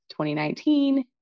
2019